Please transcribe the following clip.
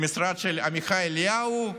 למשרד של עמיחי אליהו,